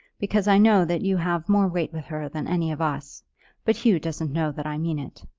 because i know that you have more weight with her than any of us but hugh doesn't know that i mean it.